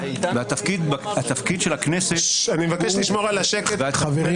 התפקיד של הכנסת הוא לדאוג גם לכבודם של עובדי המדינה הבכירים.